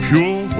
Pure